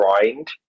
grind